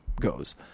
goes